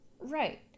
Right